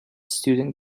student